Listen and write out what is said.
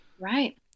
Right